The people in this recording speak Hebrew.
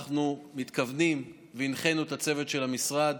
אנחנו מתכוונים והנחינו את הצוות של המשרד